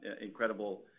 incredible